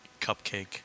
cupcake